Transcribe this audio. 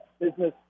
business